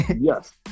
yes